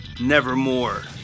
Nevermore